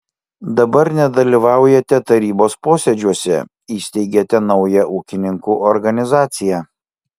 dabar nedalyvaujate tarybos posėdžiuose įsteigėte naują ūkininkų organizaciją